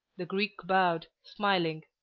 the greek bowed, smiling.